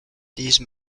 these